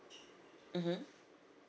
mmhmm